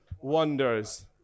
wonders